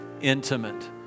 Intimate